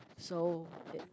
so it